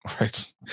Right